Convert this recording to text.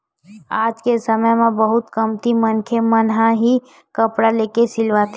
आज के समे म बहुते कमती मनखे मन ही कपड़ा लेके सिलवाथे